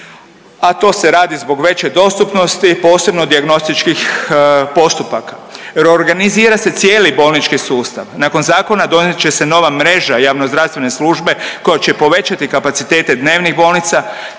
A to se radi zbog veće dostupnosti posebno dijagnostičkih postupaka. Reorganizira se cijeli bolnički sustav. Nakon zakona donijet će se nova mreža javnozdravstvene službe koja će povećati kapacitete dnevnih bolnica